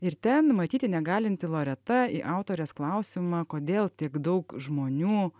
ir ten matyti negalinti loreta į autorės klausimą kodėl tiek daug žmonių